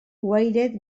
wired